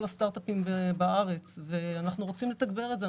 הסטרט-אפים בארץ ואנחנו רוצים לתגבר את זה.